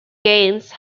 gains